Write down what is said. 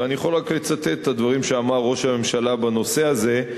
ואני יכול רק לצטט את הדברים שאמר ראש הממשלה בנושא הזה.